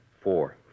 Four